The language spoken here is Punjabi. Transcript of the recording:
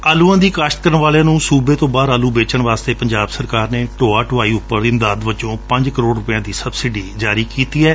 ਆਲੁਆਂ ਦੀ ਕਾਸ਼ਤ ਕਰਨ ਵਾਲਿਆਂ ਨੂੰ ਸੁਬੇ ਤੋਂ ਬਾਹਰ ਆਲੁ ਬੇਚਣ ਵਾਸਤੇ ਪੰਜਾਬ ਸਰਕਾਰ ਨੇ ਢੋਆ ਢੁਆਈ ਉਪਰ ਇਮਦਾਦ ਵਜੋਂ ਪੰਜ ਕਰੋੜ ਰੁਪੈਆਂ ਦੀ ਸਬਸਿਡੀ ਜਾਰੀ ਕੀਤੀ ਏ